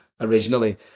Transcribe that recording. originally